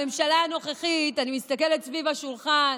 הממשלה הנוכחית, אני מסתכלת סביב השולחן,